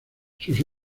sus